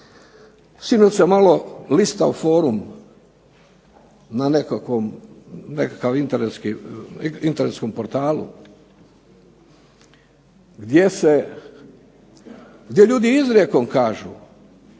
Sinoć sam malo listao forum na nekakvom, nekakvom internetskom portalu gdje ljudi izrijekom kažu